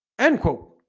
and quote